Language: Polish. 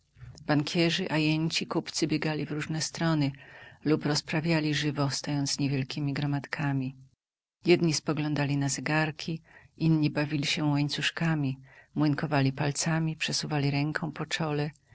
bankierzy ajenci kupcy biegali w różne strony lub rozprawiali żywo stojąc niewielkiemi gromadkami jedni spoglądali na zegarki inni bawili się łańcuszkami młynkowali palcami przesuwali ręką po czole